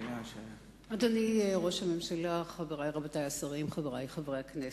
אדוני ראש הממשלה, רבותי השרים, חברי חברי הכנסת,